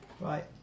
Right